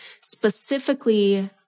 specifically